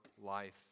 life